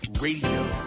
Radio